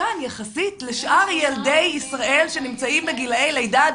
קטן יחסית משאר ילדי ישראל בגיל לידה עד